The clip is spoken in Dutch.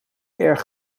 erg